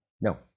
no